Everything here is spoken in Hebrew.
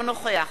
ישראל כץ,